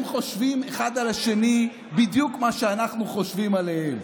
הם חושבים אחד על השני בדיוק מה שאנחנו חושבים עליהם.